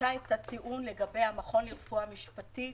העלתה טענה לגבי המכון לרפואה משפטית